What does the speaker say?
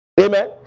Amen